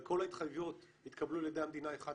אבל כל ההתחייבויות התקבלו על ידי המדינה אחת